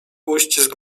uścisk